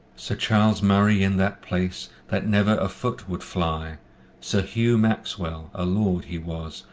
sir charles murray in that place, that never a foot would fly sir hugh maxwell, a lord he was,